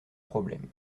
problème